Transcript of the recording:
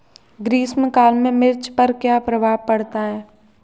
ग्रीष्म काल में मिर्च पर क्या प्रभाव पड़ता है?